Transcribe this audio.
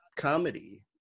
comedy